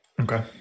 Okay